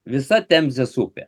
visa temzės upė